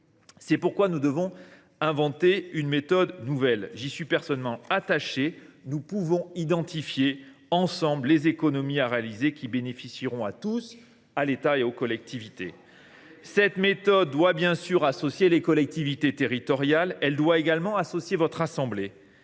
C’est pourquoi nous devons inventer une méthode nouvelle ; j’y suis personnellement attaché. Nous pouvons identifier ensemble les économies à réaliser, qui bénéficieront à tous, État et collectivités. Cette méthode doit évidemment associer les collectivités territoriales, ainsi que votre assemblée.